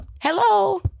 Hello